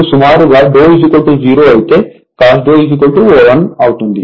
ఇప్పుడుసుమారు గా 0 అయితే cos 1 అవుతుంది